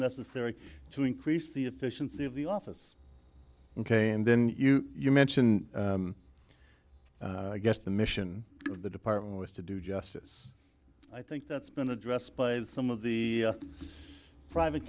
necessary to increase the efficiency of the office ok and then you you mentioned i guess the mission of the department was to do justice i think that's been addressed played some of the private